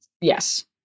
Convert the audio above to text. Yes